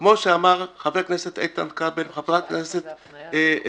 כמו שאמר חבר הכנסת איתן כבל וחברת הכנסת פדידה,